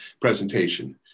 presentation